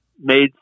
made